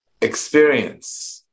experience